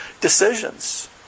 decisions